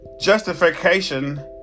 justification